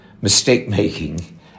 mistake-making